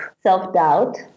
self-doubt